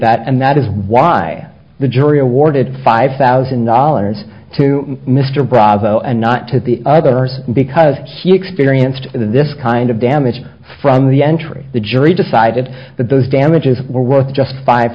that and that is why the jury awarded five thousand dollars to mr bravo and not to the others because he experienced this kind of damage from the entry the jury decided that those damages were worth just five